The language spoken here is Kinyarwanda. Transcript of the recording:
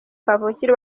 kavukire